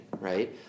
right